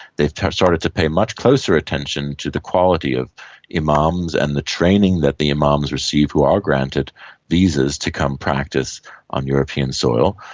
they've started to pay much closer attention to the quality of imams and the training that the imams receive who are granted visas to come practice on european soil.